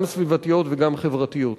גם סביבתיות וגם חברתיות.